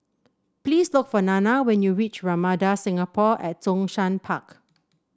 please look for Nana when you reach Ramada Singapore at Zhongshan Park